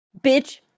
Bitch